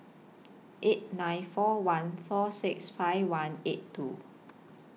eight nine four one four six five one eight two